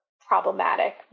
problematic